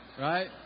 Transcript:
Right